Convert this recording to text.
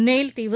nail தீவு